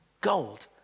Gold